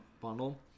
bundle